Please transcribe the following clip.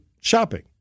shopping